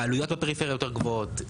העלויות בפריפריה יותר גבוהות,